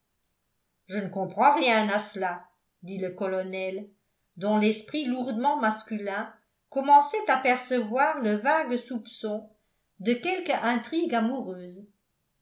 je ne comprends rien à cela dit le colonel dont l'esprit lourdement masculin commençait à percevoir le vague soupçon de quelque intrigue amoureuse